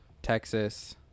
Texas